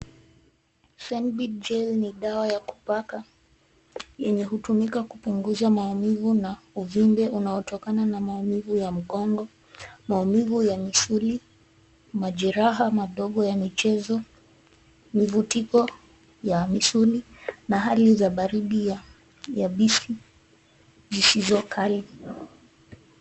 Fenbid Gel ni dawa ya kupaka yenye hutumika kupunguza maumivu na uvimbe unaotokana na maumivu ya mgongo, maumivu ya misuli, majeraha madogo ya michezo, mivutiko ya misuli na hali za baridi ya yabisi zisizo kali.